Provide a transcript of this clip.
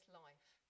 life